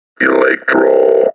Electro